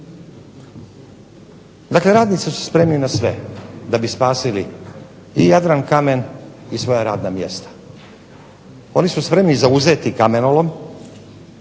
Dakle, radnici su spremni na sve da bi spasili i Jadrankamen i svoja radna mjesta. Oni su spremni zauzeti kamenolom.